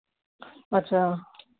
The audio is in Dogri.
अच्छा